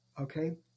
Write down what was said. okay